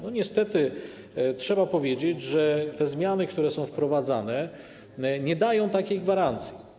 Niestety trzeba powiedzieć, że te zmiany, które są wprowadzane, nie dają takiej gwarancji.